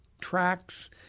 tracks